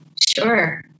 Sure